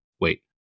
wait